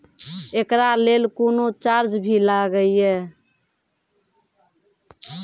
एकरा लेल कुनो चार्ज भी लागैये?